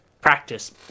practice